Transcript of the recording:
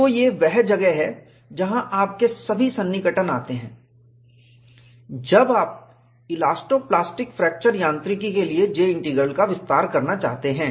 तो यह वह जगह है जहाँ आपके सभी सन्निकटन अप्प्रोक्सिमेशंसआते हैं जब आप इलास्टो प्लास्टिक फ्रैक्चर यांत्रिकी के लिए J इंटीग्रल का विस्तार करना चाहते हैं